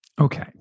Okay